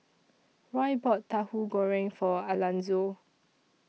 Roy bought Tahu Goreng For Alanzo